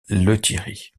lethierry